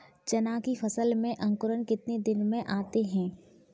चना की फसल में अंकुरण कितने दिन में आते हैं?